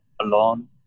alone